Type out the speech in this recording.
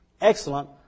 excellent